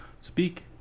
Speak